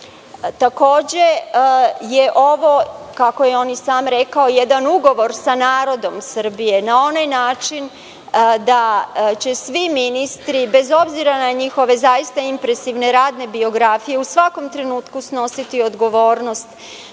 Srbije. Takođe je ovo, kako je on i sam rekao, jedan ugovor sa narodom Srbije na onaj način da će svi ministri, bez obzira na njihove zaista impresivne radne biografije, u svakom trenutku snositi odgovornost